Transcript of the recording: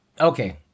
Okay